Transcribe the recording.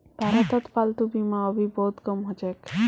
भारतत पालतू बीमा अभी बहुत कम ह छेक